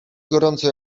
gorąco